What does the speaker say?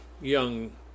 young